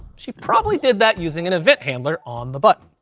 she probably did that using an event handler on the button.